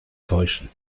täuschen